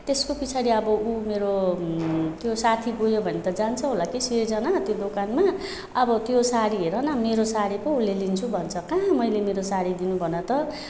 त्यसको पिछाडि अब ऊ मेरो त्यो साथी गयो भने त जान्छ होला कि शृजना त्यो दोकानमा अब त्यो साडी हेर न मेरो साडी पो उसले लिन्छु भन्छ कहाँ मैले मेरो साडी दिनु भन त